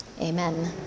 Amen